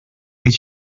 est